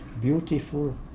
beautiful